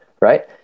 Right